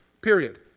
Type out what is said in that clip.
Period